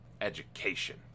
education